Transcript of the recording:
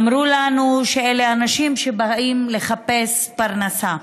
אמרו לנו שאלה אנשים שבאים לחפש פרנסה.